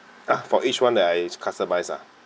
!huh! for each one that I customise ah